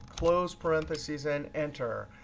close parentheses, and enter.